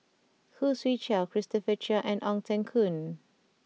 Khoo Swee Chiow Christopher Chia and Ong Teng Koon